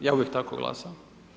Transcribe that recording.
Ja uvijek tako glasam.